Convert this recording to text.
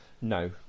No